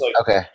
Okay